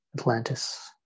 Atlantis